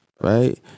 right